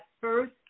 first